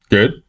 Good